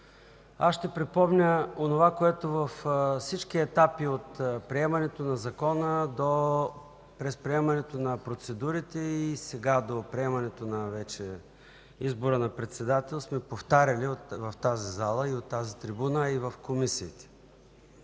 Ще припомня онова, което във всички етапи – от приемането на Закона, през приемането на процедурите и сега до приемането вече на избора на председател, сме повтаряли в тази зала и от тази трибуна, а и в Комисията